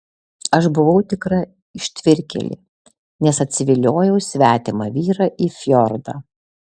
aš buvau tikra ištvirkėlė nes atsiviliojau svetimą vyrą į fjordą